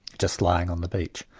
just lying on the beach.